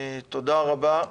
תודה רבה,